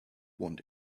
want